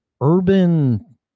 urban